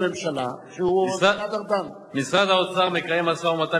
אני לא שופט בתוך הממשלה, יש לי ראש ממשלה